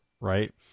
right